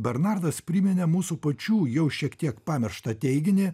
bernardas priminė mūsų pačių jau šiek tiek pamirštą teiginį